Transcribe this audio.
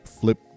flip